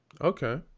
Okay